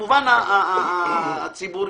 במובן הציבורי.